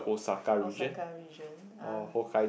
Osaka region ah